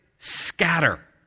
scatter